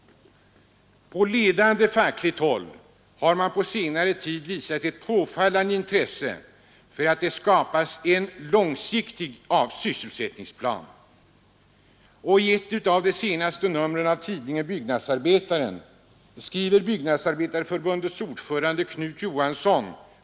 På ledande fackligt håll har man på senare tid visat ett påfallande intresse för att det skapas en långsiktig sysselsättningsplan. I ett av de senaste numren av tidningen Byggnadsarbetaren skriver Byggnadsarbetareförbundets ordförande, Knut Johansson.